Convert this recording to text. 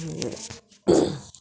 आनी